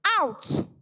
out